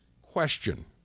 question